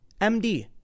MD